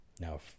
now